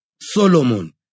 Solomon